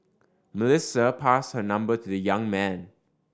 Melissa passed her number to the young man